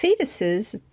fetuses